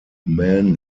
man